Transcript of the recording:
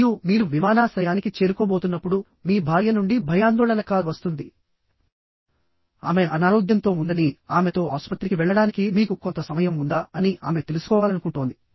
మరియు మీరు విమానాశ్రయానికి చేరుకోబోతున్నప్పుడు మీ భార్య నుండి భయాందోళన కాల్ వస్తుందిఆమె అనారోగ్యంతో ఉందని ఆమెతో ఆసుపత్రికి వెళ్లడానికి మీకు కొంత సమయం ఉందా అని ఆమె తెలుసుకోవాలనుకుంటోంది